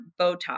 Botox